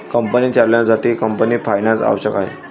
company चालवण्यासाठी company finance आवश्यक आहे